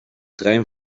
trein